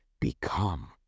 become